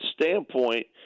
standpoint